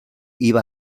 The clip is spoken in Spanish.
iba